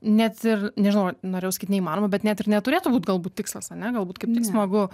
net ir nežinau norėjau sakyt neįmanoma bet net ir neturėtų būt gal būt tikslas ar ne galbūt kaip tik smagu